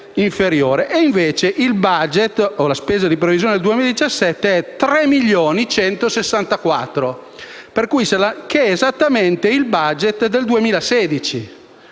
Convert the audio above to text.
invece il *budget* o la spesa di previsione per il 2017 è pari a 3.164.000, che è esattamente il *budget* del 2016.